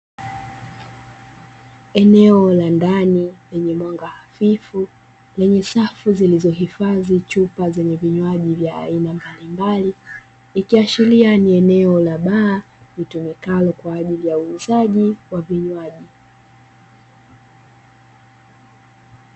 Eneo la ndani lenye mwanga hafifu lenye safu zilizohifadhi chupa zenye vinywaji vya aina mbalimbali, ikiashiria ni eneo la baa litumikalo kwa ajili ya uuzaji wa vinywaji.